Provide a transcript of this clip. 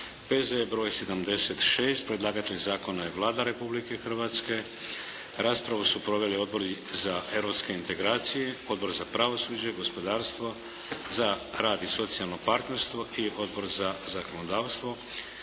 P.Z.E. br. 76 Predlagatelj zakona je Vlada Republike Hrvatske. Raspravu su proveli Odbor za europske integracije, Odbor za pravosuđe, gospodarstvo, za rad i socijalno partnerstvo i Odbor za zakonodavstvo.